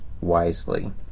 wisely